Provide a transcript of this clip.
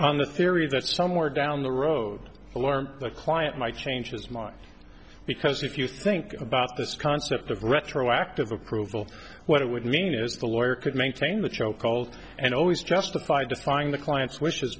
on the theory that somewhere down the road alarm the client might change his mind because if you think about this concept of retroactive approval what it would mean is the lawyer could maintain the choke calls and always justify defying the client's wishes